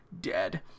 dead